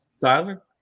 Tyler